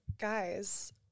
Guys